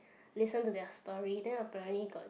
listen to their story then apparently got